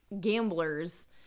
gamblers